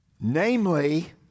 Namely